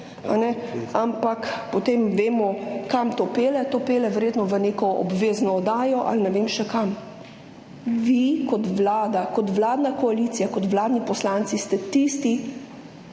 ampak potem vemo, kam to pelje. To pelje verjetno v neko obvezno oddajo ali ne vem še kam. Vi kot vlada, kot vladna koalicija, kot vladni poslanci, ste tisti,